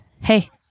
Hey